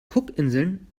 cookinseln